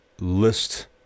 list